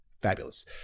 Fabulous